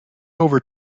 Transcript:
over